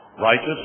righteous